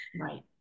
Right